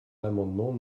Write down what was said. l’amendement